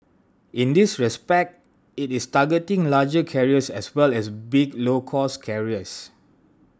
in this respect it is targeting larger carriers as well as big low cost carriers